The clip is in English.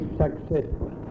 successful